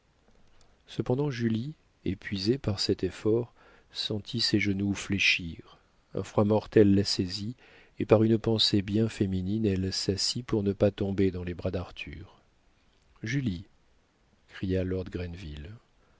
cependant julie épuisée par cet effort sentit ses genoux fléchir un froid mortel la saisit et par une pensée bien féminine elle s'assit pour ne pas tomber dans les bras d'arthur julie cria lord